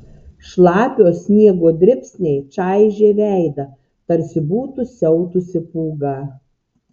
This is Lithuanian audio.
šlapio sniego dribsniai čaižė veidą tarsi būtų siautusi pūga